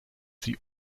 sie